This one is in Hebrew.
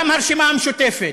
גם הרשימה המשותפת,